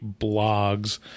blogs